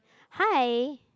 hi